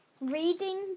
Reading